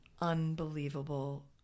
unbelievable